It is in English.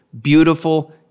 beautiful